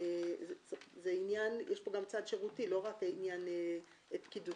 יש פה גם צד שירותי, לא רק עניין פקידותי.